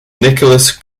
nicholas